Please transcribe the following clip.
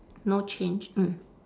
no change mm